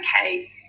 okay